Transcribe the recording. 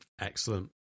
Excellent